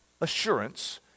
assurance